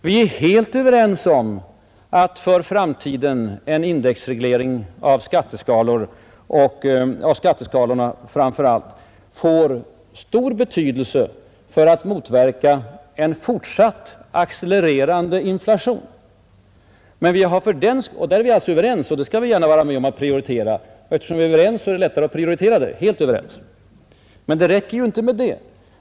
Vi är helt överens om att en indexreglering av framför allt skatteskalorna får stor betydelse för att motverka en fortsatt accelererande inflation. En sådan reglering vill vi gärna vara med om att prioritera, och eftersom vi är överens är det lätt att göra det. Men det räcker inte med detta.